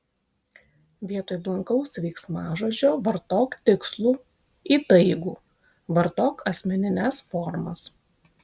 vietoj blankaus veiksmažodžio vartok tikslų įtaigų vartok asmenines formas